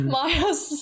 Miles